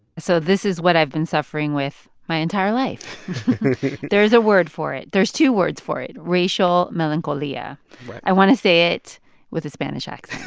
so this is what i've been suffering with my entire life there's a word for it there's two words for it, racial melancholia right i want to say it with a spanish accent.